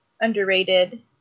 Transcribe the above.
underrated